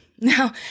Now